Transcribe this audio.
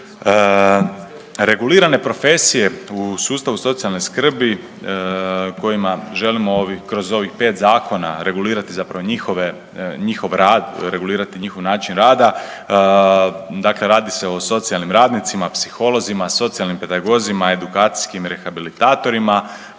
Regulirane profesije u sustavu socijalne skrbi kojima želimo kroz ovih pet zakona regulirati zapravo njihov rad, regulirati njihov način rada. Dakle, radi se o socijalnim radnicima, psiholozima, socijalnim pedagozima, edukacijskim rehabilitatorima,